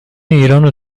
ایرانو